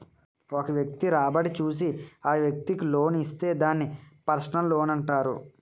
ఒక వ్యక్తి రాబడి చూసి ఆ వ్యక్తికి లోన్ ఇస్తే దాన్ని పర్సనల్ లోనంటారు